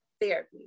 therapy